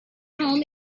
home